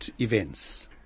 events